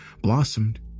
blossomed